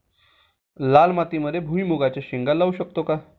लाल मातीमध्ये भुईमुगाच्या शेंगा लावू शकतो का?